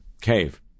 cave